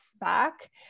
back